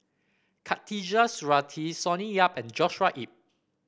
Khatijah Surattee Sonny Yap and Joshua Ip